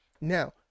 now